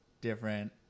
different